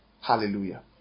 Hallelujah